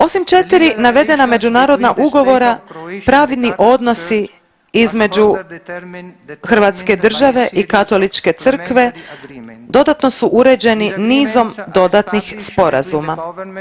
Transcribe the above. Osim četiri navedena međunarodna ugovora pravni odnosi između Hrvatske države i Katoličke Crkve dodatno su uređeni nizom dodatnih sporazuma.